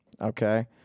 Okay